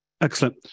Excellent